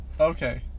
Okay